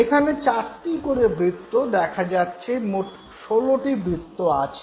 এখানে চারটি করে বৃত্ত দেখা যাচ্ছে মোট ১৬টি বৃত্ত আছে